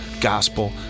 gospel